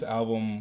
album